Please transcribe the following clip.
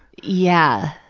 yeah.